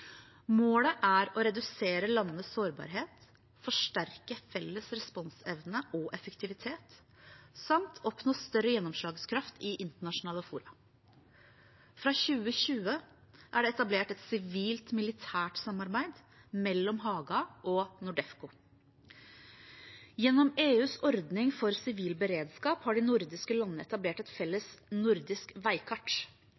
Målet er å redusere landenes sårbarhet, forsterke felles responsevne og effektivitet samt oppnå større gjennomslagskraft i internasjonale fora. Fra 2020 er det etablert et sivilt-militært samarbeid mellom Haga og NORDEFCO. Gjennom EUs ordning for sivil beredskap har de nordiske landene etablert et